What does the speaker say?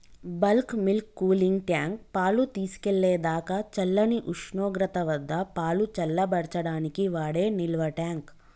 bulk milk cooling tank, పాలు తీసుకెళ్ళేదాకా చల్లని ఉష్ణోగ్రత వద్దపాలు చల్లబర్చడానికి వాడే నిల్వట్యాంక్